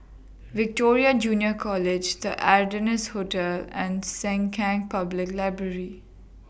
Victoria Junior College The Ardennes Hotel and Sengkang Public Library